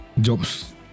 Jobs